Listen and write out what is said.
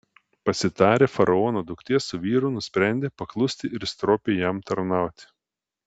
pasitarę faraono duktė su vyru nusprendė paklusti ir stropiai jam tarnauti